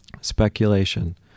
Speculation